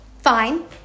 Fine